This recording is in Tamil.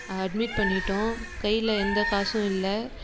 அட்மிட் பண்ணிவிட்டோம் கையில் எந்த காசும் இல்லை